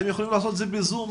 אתם יכולים לעשות את זה בזום,